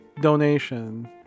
donation